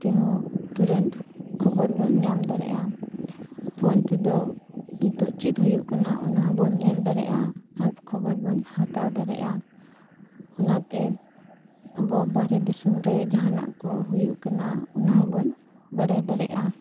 ᱛᱮᱦᱚᱸ ᱛᱩᱨᱟᱹᱱᱛ ᱠᱷᱚᱵᱚᱨ ᱵᱚᱱ ᱧᱟᱢ ᱫᱟᱲᱮᱭᱟᱜᱼᱟ ᱯᱷᱳᱱ ᱛᱮᱫᱚ ᱱᱤᱛᱳᱜ ᱪᱮᱫ ᱦᱩᱭᱩᱜ ᱠᱟᱱᱟ ᱚᱱᱟ ᱦᱚᱸᱵᱚᱱ ᱧᱮᱞ ᱫᱟᱲᱮᱭᱟᱜᱼᱟ ᱟᱨ ᱠᱷᱚᱵᱚᱨ ᱵᱚᱱ ᱦᱟᱛᱟᱣ ᱫᱟᱲᱮᱭᱟᱜᱼᱟ ᱚᱱᱟᱛᱮ ᱟᱵᱚ ᱵᱟᱦᱨᱮ ᱫᱤᱥᱚᱢ ᱨᱮ ᱡᱟᱦᱟᱱᱟᱜ ᱠᱚ ᱦᱩᱭᱩᱜ ᱠᱟᱱᱟ ᱚᱱᱟ ᱦᱚᱸᱵᱚᱱ ᱵᱟᱰᱟᱭ ᱫᱟᱲᱮᱭᱟᱜᱼᱟ